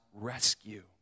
rescue